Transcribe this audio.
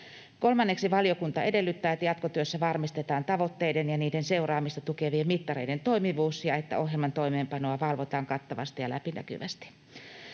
Kolmanneksi valiokunta edellyttää, että jatkotyössä varmistetaan tavoitteiden ja niiden seuraamista tukevien mittareiden toimivuus ja että ohjelman toimeenpanoa valvotaan kattavasti ja läpinäkyvästi.